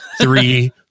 three